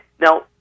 Now